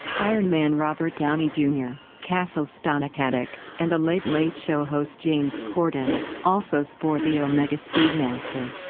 iron man robert downey jr, castle's stana katic, and the late late show host james corden also sport the omega speedmaster.